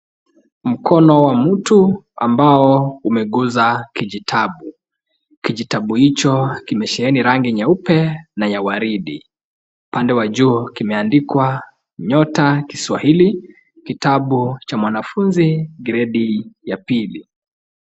Mkono wa mtu ambao umeguza kijitabu. Kijitabu hicho kimesheheni rangi nyeupe na ya waridi, upande wa juu kimeandikwa nyota kiswahili, kitabu cha mwanafunzi, gredi ya pili.